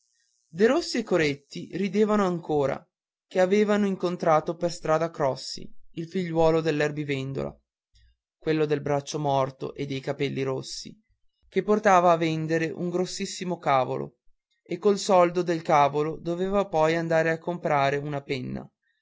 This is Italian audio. derossi e coretti ridevano ancora ché avevano incontrato per strada crossi il figliuolo dell'erbivendola quello del braccio morto e dei capelli rossi che portava a vendere un grossissimo cavolo e col soldo del cavolo doveva poi andar a comperare una penna